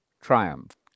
triumph